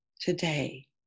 today